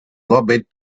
lobbied